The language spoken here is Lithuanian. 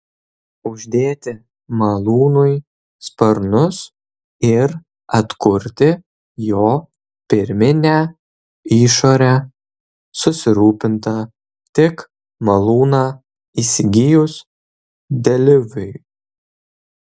uždėti malūnui sparnus ir atkurti jo pirminę išorę susirūpinta tik malūną įsigijus deliuviui